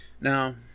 Now